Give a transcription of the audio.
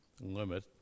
limit